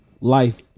life